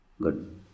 good